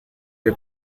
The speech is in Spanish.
que